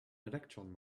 electron